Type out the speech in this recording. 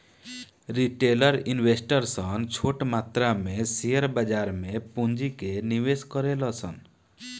retail investor सन छोट मात्रा में शेयर बाजार में पूंजी के निवेश करेले सन